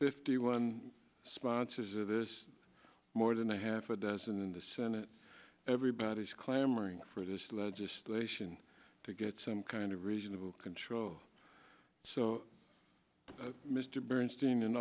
fifty one sponsors of this more than a half a dozen in the senate everybody is clamoring for this legislation to get some kind of reasonable control so mr bernstein in